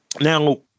Now